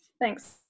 Thanks